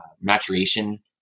maturation